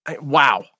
wow